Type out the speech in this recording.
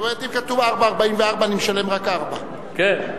זאת אומרת, אם כתוב 4.44 אני משלם רק 4. כן.